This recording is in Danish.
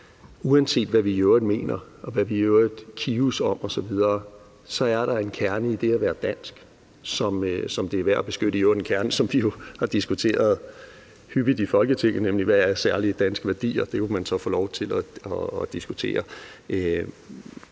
uanset hvad vi i øvrigt mener, og hvad vi i øvrigt kives om osv., så er der en kerne i det at være dansk, som det er værd at beskytte. Det er i øvrigt en kerne, som vi har diskuteret hyppigt i Folketinget – nemlig hvad særlige danske værdier er – og det kunne man så få lov til diskutere.